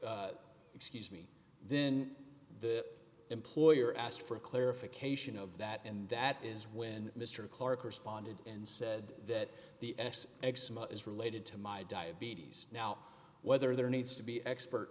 r excuse me then the d employer asked for clarification of that and that is when mr clarke responded and said that the x x is related to my diabetes now whether there needs to be expert